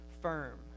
firm